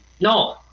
No